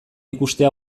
ikustea